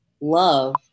love